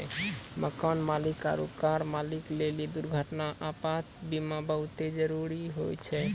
मकान मालिक आरु कार मालिक लेली दुर्घटना, आपात बीमा बहुते जरुरी होय छै